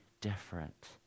different